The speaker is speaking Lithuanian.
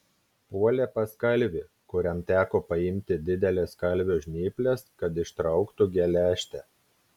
puolė pas kalvį kuriam teko paimti dideles kalvio žnyples kad ištrauktų geležtę